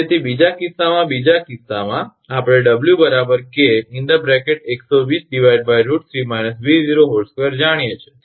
તેથી બીજા કિસ્સામાં બીજા કિસ્સામાં આપણે 𝑊 𝐾120√3 − 𝑉02 જાણીએ છીએ